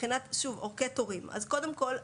מבחינת אורכי תורים: אז קודם כל,